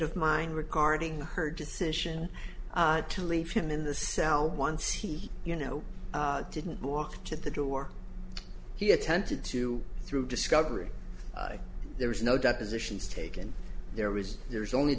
of mind regarding her decision to leave him in the cell once he you know didn't walk to the door he attempted to through discovery there was no depositions taken there was there's only